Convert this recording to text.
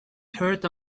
heard